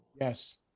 Yes